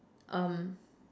um